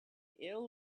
ill